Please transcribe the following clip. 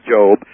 Job